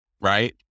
right